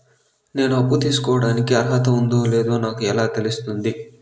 నేను అప్పు తీసుకోడానికి అర్హత ఉందో లేదో నాకు ఎలా తెలుస్తుంది?